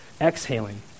exhaling